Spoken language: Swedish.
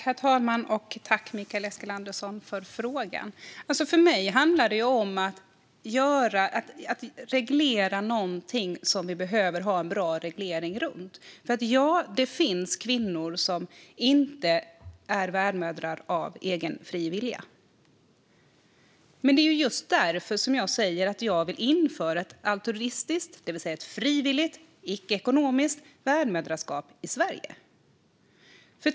Herr talman! Tack, Mikael Eskilandersson, för frågan! För mig handlar det om att reglera något som vi behöver ha bra reglering runt. Ja, det finns kvinnor som inte är värdmödrar av egen, fri vilja. Men det är just därför jag säger att jag vill införa ett altruistiskt - det vill säga ett frivilligt, icke ekonomiskt - värdmoderskap i Sverige.